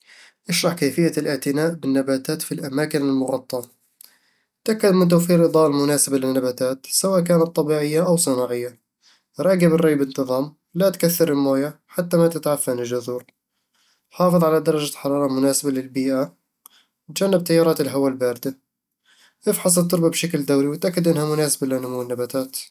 اشرح كيفية الاعتناء بالنباتات في الأماكن المغطاة. تأكد من توفير الإضاءة المناسبة للنباتات، سواء كانت طبيعية أو صناعية راقب الري بانتظام، ولا تكثر الموية حتى ما تتعفن الجذور حافظ على درجة الحرارة المناسبة للبيئة، وتجنب تيارات الهواء الباردة افحص التربة بشكل دوري وتأكد من أنها مناسبة لنمو النباتات